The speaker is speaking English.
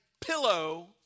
pillow